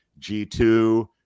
G2